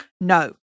No